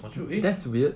我就 eh